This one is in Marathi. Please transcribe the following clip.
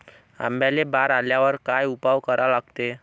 आंब्याले बार आल्यावर काय उपाव करा लागते?